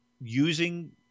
using